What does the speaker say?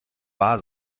wahr